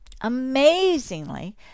Amazingly